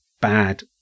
bad